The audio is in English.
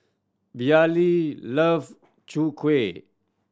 Vallie love Chwee Kueh